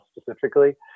specifically